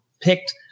picked